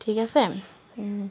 ঠিক আছে